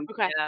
okay